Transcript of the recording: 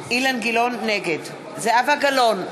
נגד זהבה גלאון,